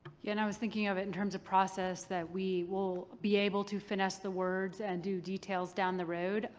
you know and i was thinking of it in terms of process that we will be able to finesse the words and do details down the road,